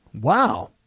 Wow